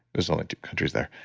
there's only two countries there.